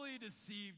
deceived